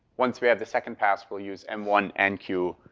once we have the second pass, we'll use m one, and q,